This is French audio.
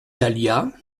dahlias